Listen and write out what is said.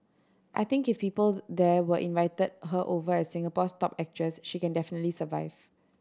I think if people there were invited her over as Singapore's top actress she can definitely survive